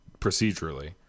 procedurally